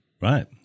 Right